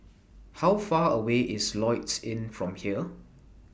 How Far away IS Lloyds Inn from here